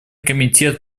комитет